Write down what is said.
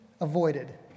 avoided